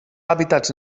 hàbitats